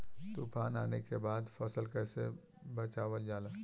तुफान आने के बाद फसल कैसे बचावल जाला?